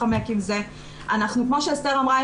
כמו שאסתר אמרה,